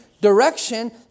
direction